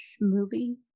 movie